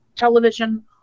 television